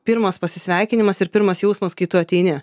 pirmas pasisveikinimas ir pirmas jausmas kai tu ateini